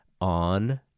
on